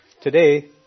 today